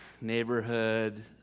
neighborhood